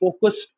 focused